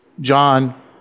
John